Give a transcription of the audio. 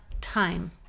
Time